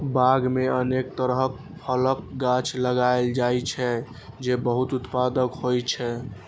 बाग मे अनेक तरहक फलक गाछ लगाएल जाइ छै, जे बहुत उत्पादक होइ छै